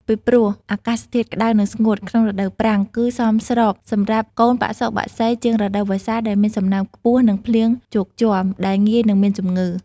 ពីព្រោះអាកាសធាតុក្តៅនិងស្ងួតក្នុងរដូវប្រាំង គឺសមស្របសម្រាប់កូនបសុបក្សីជាងរដូវវស្សាដែលមានសំណើមខ្ពស់និងភ្លៀងជោគជាំ ដែលងាយនិងមានជំងឺ។